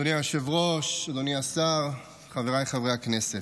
אדוני היושב-ראש, אדוני השר, חבריי חברי הכנסת,